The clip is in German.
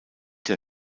der